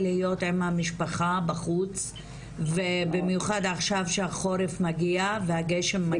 להיות עם המשפחה בחוץ ובמיוחד עכשיו שהחורף מגיע והגשם מגיע.